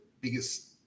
biggest